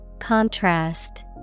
Contrast